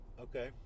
okay